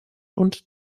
und